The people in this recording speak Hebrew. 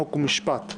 חוק ומשפט.